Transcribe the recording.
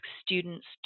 students